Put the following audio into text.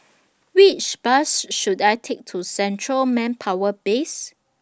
Which Bus should I Take to Central Manpower Base